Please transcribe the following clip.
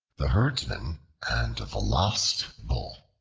the herdsman and the lost bull